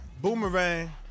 boomerang